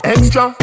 Extra